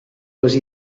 les